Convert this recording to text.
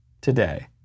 today